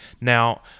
Now